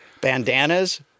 Bandanas